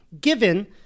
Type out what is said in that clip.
given